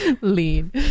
Lean